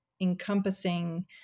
encompassing